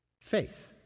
faith